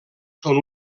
són